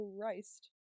Christ